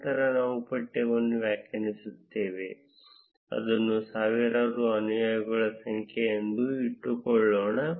ನಂತರ ನಾವು ಪಠ್ಯವನ್ನು ವ್ಯಾಖ್ಯಾನಿಸುತ್ತೇವೆ ಅದನ್ನು ಸಾವಿರಾರು ಅನುಯಾಯಿಗಳ ಸಂಖ್ಯೆ ಎಂದು ಇಟ್ಟುಕೊಳ್ಳೋಣ